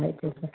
ಆಯಿತು ಸರ್